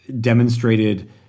demonstrated